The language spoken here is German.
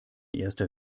erster